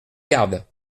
garde